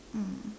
mm